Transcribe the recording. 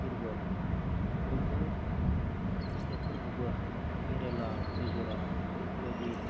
दुरबल बैफोर स्टेटफोरखौबो केरेला मिजराम बैफोरबायदि